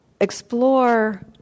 explore